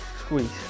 squeeze